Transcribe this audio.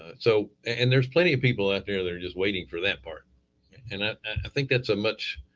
so, and there's plenty of people out there that are just waiting for that part and i think that's a much.